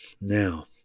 Now